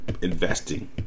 investing